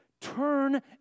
turn